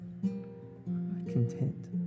content